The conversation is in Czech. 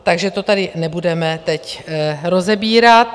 Takže to tady nebudeme teď rozebírat.